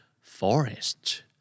Forest